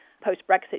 post-Brexit